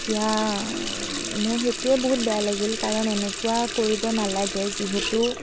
এতিয়া মোৰ সেইটোৱে বহুত বেয়া লাগিল কাৰণ এনেকুৱা কৰিব নালাগে যিহেতু